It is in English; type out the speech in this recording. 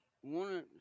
one